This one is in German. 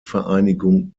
vereinigung